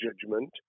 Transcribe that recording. judgment